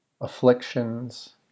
afflictions